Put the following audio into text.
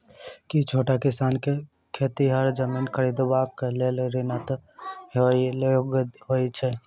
की छोट किसान खेतिहर जमीन खरिदबाक लेल ऋणक योग्य होइ छै?